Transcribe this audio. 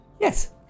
Yes